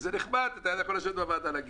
וזה נחמד, אתה יכול לשבת בוועדה ולהגיד.